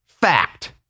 fact